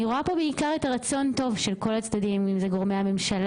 אני רואה פה בעיקר את הרצון הטוב של כל הצדדים אם זה גורמי הממשלה,